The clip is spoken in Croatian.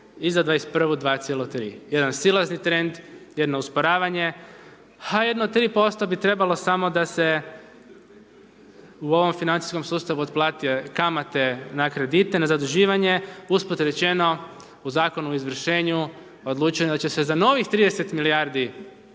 i za 21. 2,3, jedan silazni trend, jedno usporavanje, a jedno 3% bi trebalo samo da se u ovom financijskom sustavu otplate kamate na kredite, na zaduživanje, usput rečeno u Zakonu o izvršenju odlučeno je da će se za novih 30 milijardi